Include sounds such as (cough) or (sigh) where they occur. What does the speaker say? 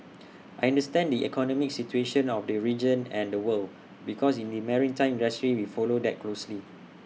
(noise) I understand the economic situation of the region and the world because in the maritime industry we follow that closely